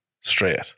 straight